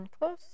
Close